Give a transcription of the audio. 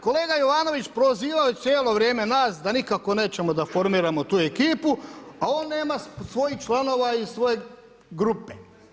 Kolega Jovanović prozivao je cijelo vrijeme nas da nikako nećemo da formiramo tu ekipu a on nema svojih članova i svoje grupe.